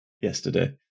yesterday